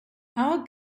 our